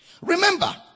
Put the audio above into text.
remember